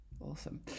awesome